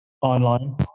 online